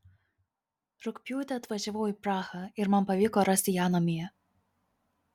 rugpjūtį atvažiavau į prahą ir man pavyko rasti ją namie